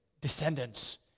descendants